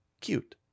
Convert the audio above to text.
cute